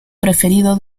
preferido